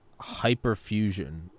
hyperfusion